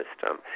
system